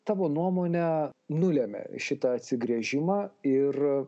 tavo nuomone nulemia šitą atsigręžimą ir